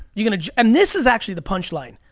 you know and this is actually the punchline.